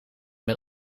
met